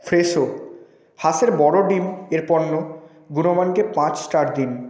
Fresho হাঁসের বড় ডিম এর পণ্য গুণমানকে পাঁচ স্টার দিন